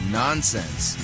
nonsense